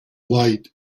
light